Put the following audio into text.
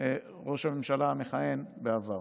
ראש הממשלה המכהן בעבר.